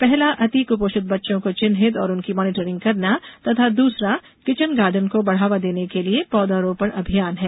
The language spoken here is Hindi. पहला अति कुपोषित बच्चों को चिन्हित और उनकी मॉनिटरिंग करना तथा दूसरा किचन गार्डन को बढ़ावा देने के लिए पौधारोपण अभियान है